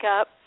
up